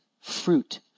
fruit